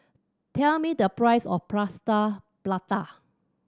tell me the price of Plaster Prata